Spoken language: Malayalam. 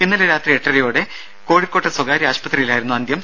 ഇന്നലെ രാത്രി എട്ടരയോടെ കോഴിക്കോട്ടെ സ്വകാര്യ ആശുപത്രിയിലായിരുന്നു അന്ത്യം